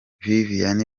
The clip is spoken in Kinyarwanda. viviane